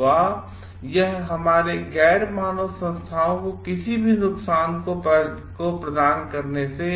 अथवा यह हमारे गैर मानव संस्थाओं को किसी भी नुकसान को प्रदान करने से